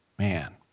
Man